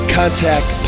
contact